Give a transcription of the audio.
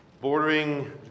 bordering